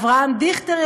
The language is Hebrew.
אבי דיכטר,